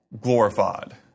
glorified